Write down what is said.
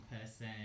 person